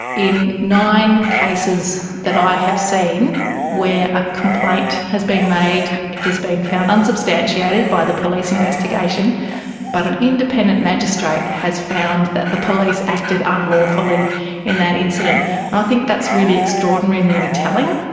in nine cases that i have seen where a complaint has been made, it has been found unsubstantiated by the police investigation but an independent magistrate has found that the police acted unlawfully in that incident. and i think that's really extraordinary and really telling.